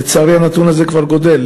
לצערי ערך הנתון הזה כבר גדֵל.